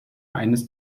eines